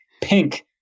pink